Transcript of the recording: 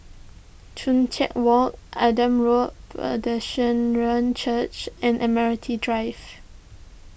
Joo Chiat Walk Adam Road Church and Admiralty Drive